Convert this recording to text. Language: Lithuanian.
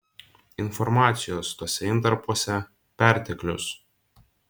informacijos tuose intarpuose perteklius